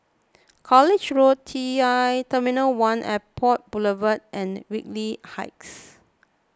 College Road T l Airport Boulevard and Whitley Heights